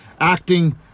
acting